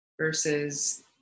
versus